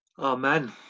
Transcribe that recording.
Amen